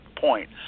point